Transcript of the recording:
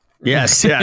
Yes